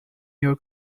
your